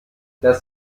das